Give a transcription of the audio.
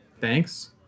Thanks